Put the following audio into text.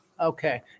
Okay